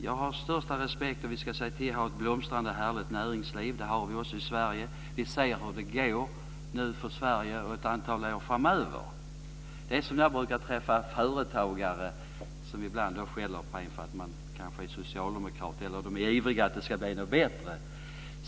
Jag har den största respekt för näringslivet, och vi ska se till att vi har ett blomstrande härligt näringsliv. Det har vi också i Sverige. Vi ser hur det går för Sverige nu och ett antal år framöver. Jag träffar ibland företagare som skäller på mig för att jag är socialdemokrat. De är ivriga och vill att det ska bli bättre.